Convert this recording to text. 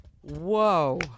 Whoa